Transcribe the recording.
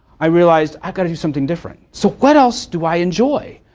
i realized i've got to do something different. so what else do i enjoy?